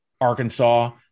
Arkansas